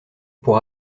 pour